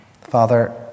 Father